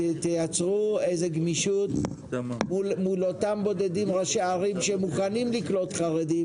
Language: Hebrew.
תייצרו איזה גמישות מול אותם ראשי ערים בודדים שמוכנים לקלוט חרדים,